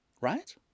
right